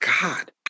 God